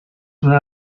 una